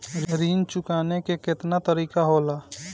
ऋण चुकाने के केतना तरीका होला?